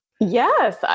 Yes